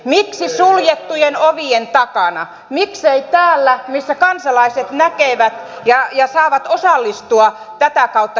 miksi suljettujen ovien takana miksei täällä missä kansalaiset näkevät ja saavat osallistua tätä kautta keskusteluun